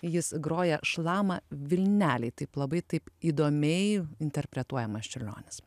jis groja šlama vilnelėj taip labai taip įdomiai interpretuojamas čiurlionis